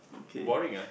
boring ah